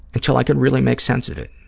until i could really make sense of it.